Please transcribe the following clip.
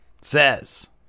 says